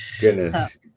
Goodness